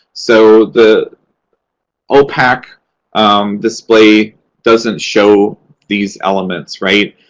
so, the opac display doesn't show these elements, right?